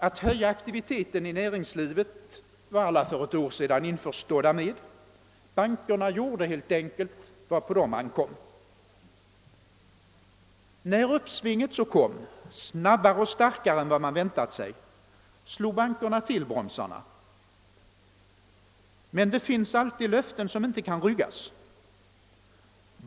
För ett år sedan var alla införstådda med att man skulle höja aktiviteten i näringslivet — bankerna för sin del gjorde helt enkelt vad på dem ankom. När uppsvinget så kom, snabbare och starkare än vad man hade väntat sig, slog bankerna till bromsarna. Men det finns alltid löften som inte kan ryggas.